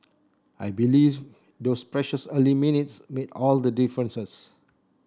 I believe those precious early minutes made all the differences